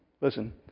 listen